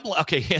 okay